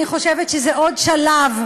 אני חושבת שזה עוד שלב,